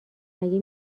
مگه